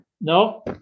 No